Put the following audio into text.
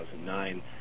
2009